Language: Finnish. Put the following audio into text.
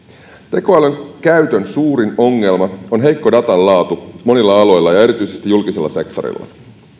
tekoälyn käytön suurin ongelma on heikko datan laatu monilla aloilla ja erityisesti julkisella sektorilla